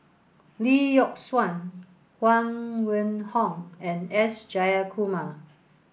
Lee Yock Suan Huang Wenhong and S Jayakumar